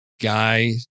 Guy